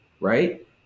right